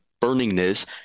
burningness